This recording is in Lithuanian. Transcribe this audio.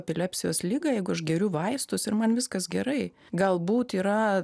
epilepsijos ligą jeigu aš geriu vaistus ir man viskas gerai galbūt yra